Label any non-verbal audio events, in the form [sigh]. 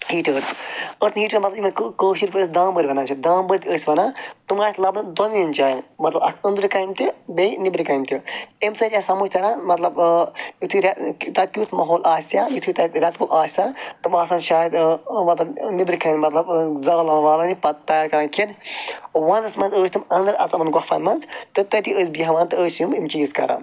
تہِ یِہِ تہِ ٲس [unintelligible] کٲشٕر پٲٹھۍ أسۍ دامبٕرۍ وَنان چھِ دامبٕرۍ تہٕ أسۍ وَنان تِم آیہِ اَتھ لَبَن دۄنؤنِیَن جایَن مطلب اَکھ أنٛدرٕ کَنہِ تہِ بیٚیہِ نیٚبرٕ کَنہِ تہِ اَمہِ سۭتۍ چھِ اَسہِ سمجھ تَران مطلب یُتھُے [unintelligible] تَتہِ کیُتھ ماحول آسہِ ہا یُتھُے تَتہِ رٮ۪تہٕ کول آسہِ ہا تِم آسہٕ ہَن شایَد مطلب نیٚبرٕ کَنہِ مطلب زالان والان یہِ پَتہٕ پیک کران کھٮ۪ن وَنٛدَس منٛز ٲسۍ تِم اَنٛدَر اژان گۄفَن منٛز تہٕ تٔتی ٲسۍ بیٚہوان تہٕ ٲسۍ یِم یِم چیٖز کران